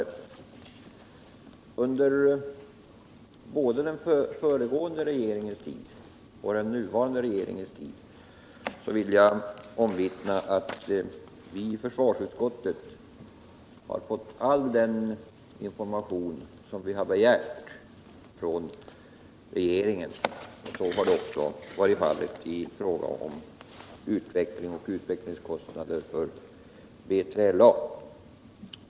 Jag kan dock omvittna att vi i försvarsutskottet både under den föregående regeringens tid och under den nuvarande regeringens tid har fått all information som vi har begärt från regeringarna. Så har också varit fallet i fråga om utveckling och utvecklingskostnader för B3LA.